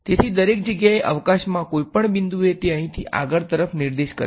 તેથી દરેક જગ્યાએ અવકાશમાં કોઈપણ બિંદુએ તે અહીંથી આગળ તરફ નિર્દેશ કરે છે